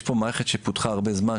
יש פה מערכת שפותחה הרבה זמן,